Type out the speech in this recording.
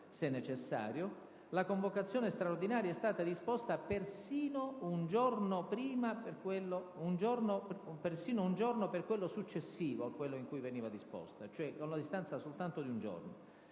se necessario, la convocazione straordinaria è stata disposta persino un giorno per quello successivo a quello in cui veniva disposta, cioè con la distanza di un solo giorno.